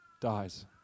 dies